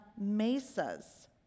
mesas